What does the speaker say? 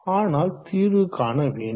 ஆனால் தீர்வு காண வேண்டும்